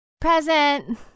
Present